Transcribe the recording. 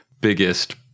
biggest